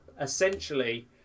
essentially